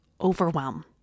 overwhelm